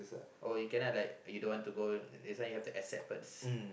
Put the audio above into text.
oh you cannot like you don't want to go this one that's why you have to accept first